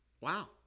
Wow